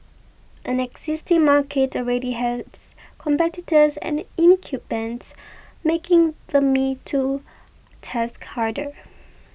an existing market already has competitors and incumbents making the me too task harder